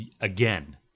again